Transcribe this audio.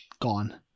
gone